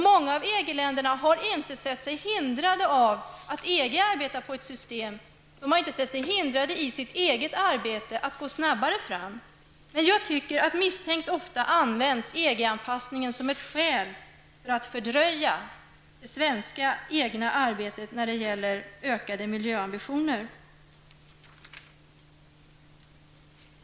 I många av EG-länderna har man inte ansett sig hindrade av att EG arbetar på ett system. Man har inte ansett sig hindrade i det egna arbetet att gå snabbare fram. Jag tycker att EG anpassningen misstänkt ofta används som ett skäl för att fördröja det egna svenska arbetet när det gäller att åstadkomma större miljöambitioner.